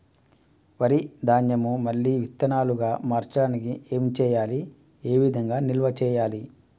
వరి ధాన్యము మళ్ళీ విత్తనాలు గా మార్చడానికి ఏం చేయాలి ఏ విధంగా నిల్వ చేయాలి?